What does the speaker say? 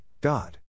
God